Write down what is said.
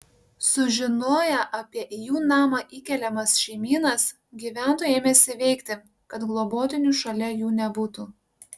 sužinoję apie į jų namą įkeliamas šeimynas gyventojai ėmėsi veikti kad globotinių šalia jų nebūtų